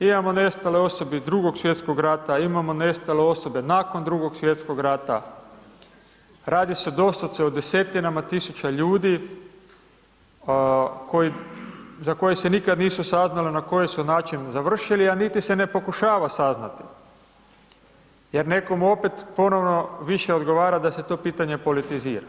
Imamo nestale osobe iz Drugog svjetskog rata, imamo nestale osobe nakon Drugog svjetskog rata, radi se doslovce o desetinama tisuća ljudi za koje se nikad nisu saznale na koji su način završili, a niti se ne pokušava saznati jer nekomu opet ponovno više odgovara da se to pitanje politizira.